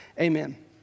Amen